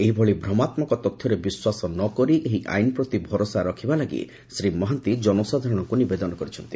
ଏହି ଭଳି ଭ୍ରମାତ୍କକ ତଥ୍ୟରେ ବିଶ୍ୱାସ ନ କରି ଏହି ଆଇନ୍ ପ୍ରତି ଭରସା ରଖିବା ଲାଗି ଲାଗି ଶ୍ରୀ ମହାନ୍ତି ଜନସାଧାରଣଙ୍କୁ ନିବେଦନ କରିଛନ୍ତି